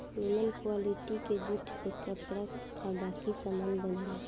निमन क्वालिटी के जूट से कपड़ा आ बाकी सामान बनेला